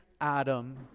Adam